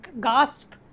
gasp